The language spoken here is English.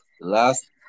last